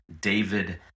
David